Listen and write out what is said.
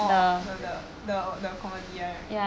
orh the the the comedy right